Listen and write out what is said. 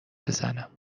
بزنم